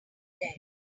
there